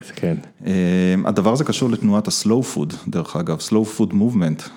הדבר הזה קשור לתנועת הסלו פוד דרך אגב סלו פוד מובמנט.